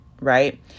right